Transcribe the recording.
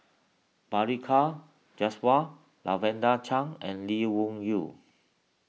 Balli Kaur Jaswal Lavender Chang and Lee Wung Yew